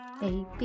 baby